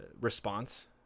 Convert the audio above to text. response